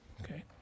Okay